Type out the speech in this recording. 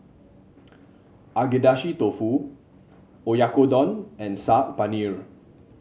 Agedashi Dofu Oyakodon and Saag Paneer